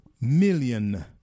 million